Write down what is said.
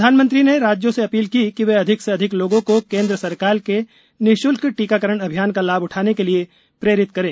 प्रधानमंत्री ने राज्यों से अपील की कि वे अधिक से अधिक लोगों को केन्द्र सरकार के निश्ल्क टीकाकरण अभियान का लाभ उठाने के लिए प्रेरित करें